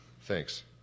Thanks